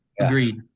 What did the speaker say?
Agreed